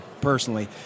personally